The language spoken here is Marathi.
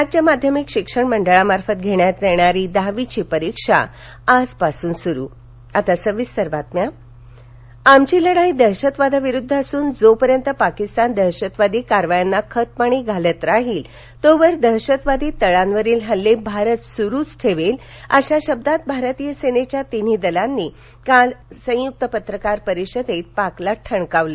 राज्य माध्यमिक शिक्षण मंडळा मार्फत घेण्यात येणारी दहावीची परिक्षा आजपासून सेना पत्रपरिषद आमची लढाई दहशतवादाविरुद्ध असून जोपर्यंत पाकिस्तान दहशतवादी कारवायांना खतपाणी घालत राहील तोपर्यंत दहशतवादी तळांवरील हल्ले भारत सुरूच ठेवेल अशा शब्दांत भारतीय सेनेच्या तिन्ही दलांनी काल संयुक्त पत्रकार परिषदेत पाकला ठणकावलं